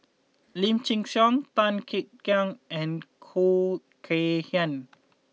Lim Chin Siong Tan Kek Hiang and Khoo Kay Hian